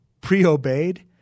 pre-obeyed